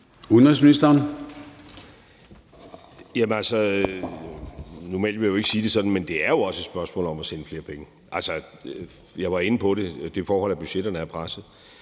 Udenrigsministeren (Lars Løkke Rasmussen): Normalt ville jeg ikke sige det sådan, men det er jo også et spørgsmål om at sende flere penge. Jeg var inde på det forhold, at budgetterne er pressede.